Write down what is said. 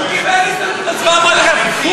אנחנו עוברים להצעת חוק הגנת הצרכן (תיקון,